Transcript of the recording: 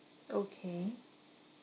okay